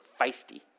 feisty